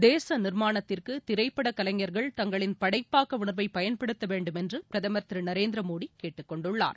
தேசநிர்மாணத்திற்குதிரைப்படகலைஞர்கள் தங்களின் படைப்பாக்கஉணர்வைபயன்படுத்தவேன்டும் என்று பிரதமர் திருநரேந்திரமோடிகேட்டுக்கொண்டுள்ளார்